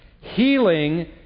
Healing